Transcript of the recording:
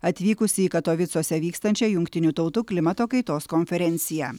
atvykusi į katovicuose vykstančią jungtinių tautų klimato kaitos konferenciją